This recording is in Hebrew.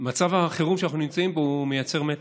מצב החירום שאנחנו נמצאים בו מייצר מתח.